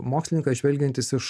mokslininkas žvelgiantis iš